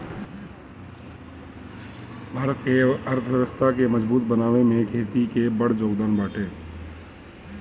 भारत के अर्थव्यवस्था के मजबूत बनावे में खेती के बड़ जोगदान बाटे